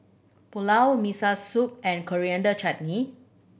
Pulao Miso Soup and Coriander Chutney